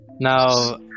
Now